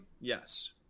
Yes